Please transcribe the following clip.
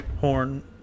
horn